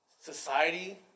society